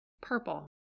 Purple